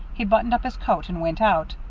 he buttoned up his coat and went out,